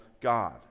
God